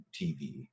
tv